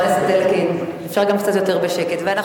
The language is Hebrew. התשע"א 2010, לוועדת הכספים נתקבלה.